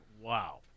Wow